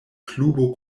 klubo